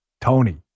Tony